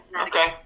Okay